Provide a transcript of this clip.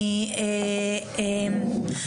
אני שמחה לפתוח את ועדת החינוך,